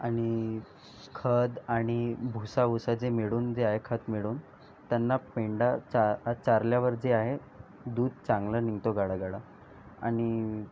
आणि खत आणि भुसा वुसा जे मिळून जे आहे खत मिळून त्यांना पेंढा चार चारल्यावर जे आहे दूध चांगला निघतो गाढागाढा आणि